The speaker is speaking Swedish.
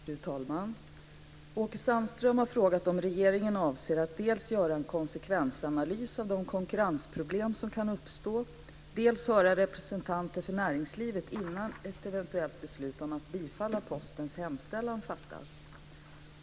Fru talman! Åke Sandström har frågat om regeringen avser att dels göra en konsekvensanalys av de konkurrensproblem som kan uppstå, dels höra representanter för näringslivet innan ett eventuellt beslut om att bifalla Postens hemställan fattas.